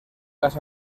gas